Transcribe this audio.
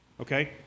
okay